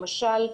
למשל,